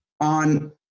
on